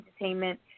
Entertainment